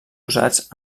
usats